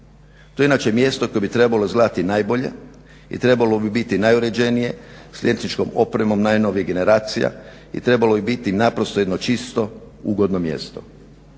To je inače mjesto koje bi trebalo izgledati najbolje i trebalo bi biti najuređenije s liječničkom opremom najnovijih generacija i trebalo bi biti naprosto jedno čisto, ugodno mjesto.